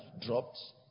dropped